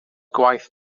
gwaith